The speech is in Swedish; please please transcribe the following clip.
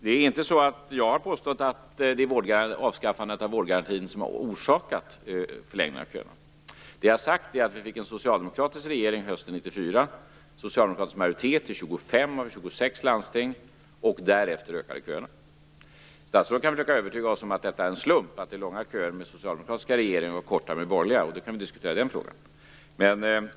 Jag har inte påstått att det är avskaffande av vårdgarantin som har orsakat förlängningen av köerna. Det jag har sagt är att vi fick en socialdemokratisk regering hösten 1994 och en socialdemokratisk majoritet i 25 av 26 landsting och att köerna därefter ökade. Statsrådet kan försöka övertyga oss om att det är en slump att köerna är långa när vi har socialdemokratiska regeringar och korta när vi har borgerliga, och i så fall kan vi diskutera den frågan.